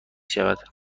شود